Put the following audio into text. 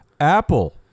Apple